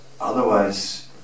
otherwise